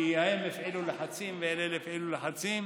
כי ההם הפעילו לחצים, ואלה הפעילו לחצים,